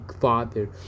Father